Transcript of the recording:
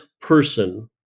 person